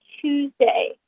Tuesday